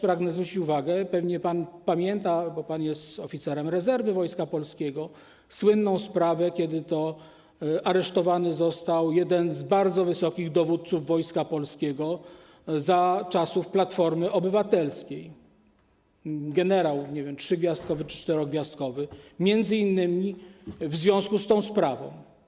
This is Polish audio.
Pragnę też zwrócić uwagę - pewnie pan pamięta, bo pan jest oficerem rezerwy Wojska Polskiego - na słynną sprawę, kiedy to aresztowany został jeden z bardzo wysokich dowódców Wojska Polskiego za czasów Platformy Obywatelskiej, generał, nie wiem, trzygwiazdkowy czy czterogwiazdkowy, m.in. w związku z tą sprawą.